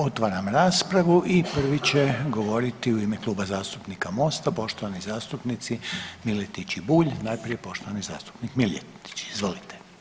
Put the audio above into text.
Otvaram raspravu i prvi će govoriti u ime Kluba zastupnika Mosta poštovani zastupnici Miletić i Bulj, najprije poštovani zastupnik Miletić, izvolite.